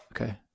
Okay